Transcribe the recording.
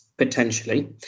Potentially